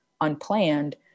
unplanned